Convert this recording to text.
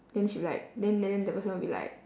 then she like then then then the person will be like